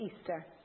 Easter